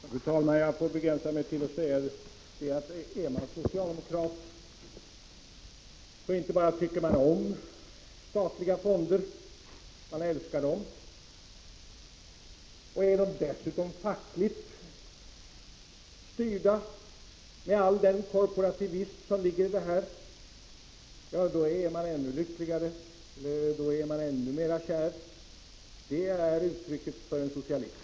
Fru talman! Jag får begränsa mig till att säga: Är man socialdemokrat tycker man inte bara om statliga fonder, utan man älskar dem. Är fonderna dessutom fackligt styrda, med all den korporativism som ligger i det, så är man ännu lyckligare, ännu mer kär — det är uttrycket för en socialist.